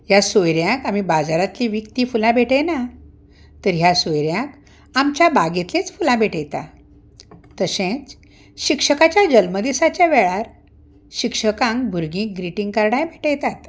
ह्या सोयऱ्यांक आमी बाजारांतलीं विकतीं फुलां भेटयना तर ह्या सोयऱ्यांक आमच्या बागेंतलींच फुलां भेटयता तशेंच शिक्षकाच्या जल्मदिसाच्या वेळार शिक्षकांक भुरगीं ग्रिटिंग कार्डांय भेटयतात